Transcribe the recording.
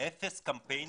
אפס קמפיינים?